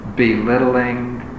belittling